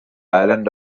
island